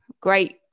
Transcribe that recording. great